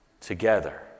Together